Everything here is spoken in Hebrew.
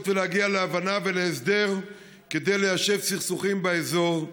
להגיע להבנה ולהסדר כדי ליישב סכסוכים באזור,